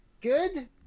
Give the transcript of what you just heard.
good